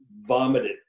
vomited